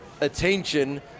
attention